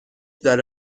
داره